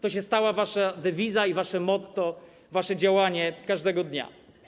To się stało waszą dewizą i waszym mottem, waszym działaniem każdego dnia.